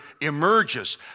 emerges